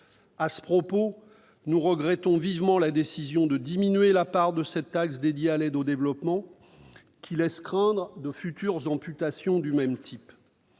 À ce propos, nous regrettons vivement la décision de diminuer la part de cette taxe dédiée à l'aide au développement. Elle laisse craindre de futures amputations du même type.